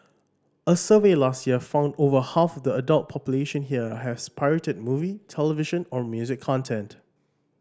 a survey last year found over half of the adult population here has pirated movie television or music content